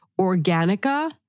Organica